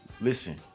listen